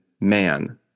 man